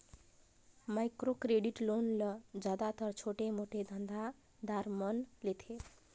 micro credit loan ल जादातर छोटे मोटे धंधा दार मन लेथें